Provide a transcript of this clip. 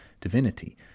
divinity